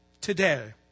today